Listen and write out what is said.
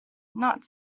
not